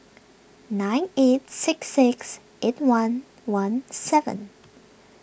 nine eight six six eight one one seven